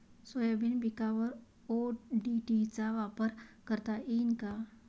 Soybean पिकावर ODT चा वापर करता येईन का?